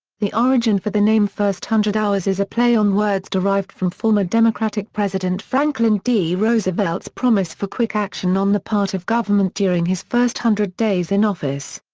the origin for the name first hundred hours is a play on words derived from former democratic president franklin d. roosevelt's promise for quick action on the part of government during his first hundred days in office.